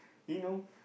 he know